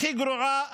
הכי גרועה,